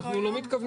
אנחנו לא מתכוונים.